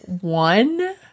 One